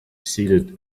seated